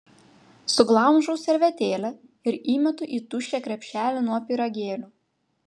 suglamžau servetėlę ir įmetu į tuščią krepšelį nuo pyragėlių